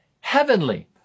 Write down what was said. heavenly